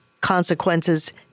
consequences